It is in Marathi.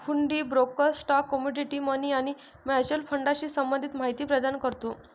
हुंडी ब्रोकर स्टॉक, कमोडिटी, मनी आणि म्युच्युअल फंडाशी संबंधित माहिती प्रदान करतो